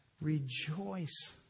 rejoice